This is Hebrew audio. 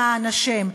למען השם,